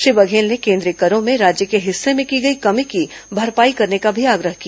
श्री बर्घेल ने केंद्रीय करों में राज्य के हिस्से में की गई कमी की भरपाई करने का भी आग्रह किया